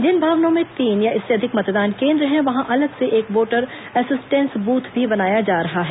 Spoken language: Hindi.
जिन भवनों में तीन या इससे अधिक मतदान केंद्र है वहां अलग से एक वोटर असिसटेंस बूथ भी बनाया जा रहा है